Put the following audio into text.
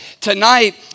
Tonight